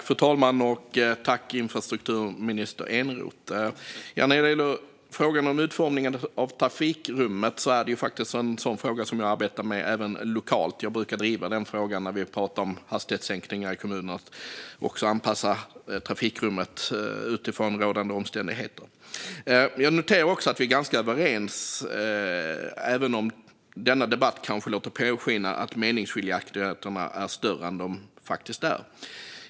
Fru talman! Frågan om utformningen av trafikrummet är faktiskt en fråga som jag arbetar med även lokalt. Jag brukar driva den frågan när vi pratar om hastighetssänkningar i kommunen: att man ska anpassa trafikrummet utifrån rådande omständigheter. Jag noterar att vi är ganska överens. I denna debatt kanske det låter som att meningsskiljaktigheterna är större än de faktiskt är.